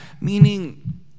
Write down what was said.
Meaning